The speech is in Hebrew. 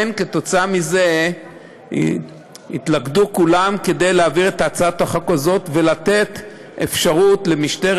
בעקבות זה התלכדו כולם כדי להעביר את הצעת החוק הזאת ולתת אפשרות למשטרת